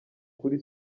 kuri